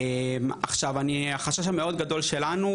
עכשיו החשש המאוד גדול שלנו,